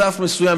סף מסוים,